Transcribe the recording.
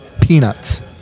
peanuts